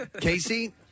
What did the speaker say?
Casey